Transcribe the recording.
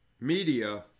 Media